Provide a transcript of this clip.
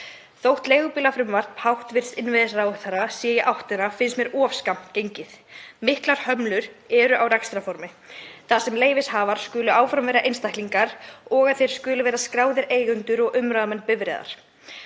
Þótt leigubílafrumvarp hæstv. innviðaráðherra sé í áttina finnst mér of skammt gengið. Miklar hömlur eru á rekstrarformi þar sem leyfishafar skulu áfram vera einstaklingar og þeir skulu vera skráðir eigendur og umráðamenn bifreiðar.